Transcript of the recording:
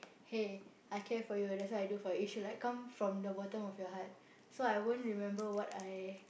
hey I care for you that's why I do for it should like come from the bottom of your heart so I won't remember what I